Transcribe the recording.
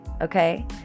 okay